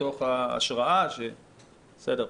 מתוך השראה בסדר,